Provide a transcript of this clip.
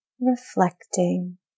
reflecting